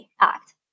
Act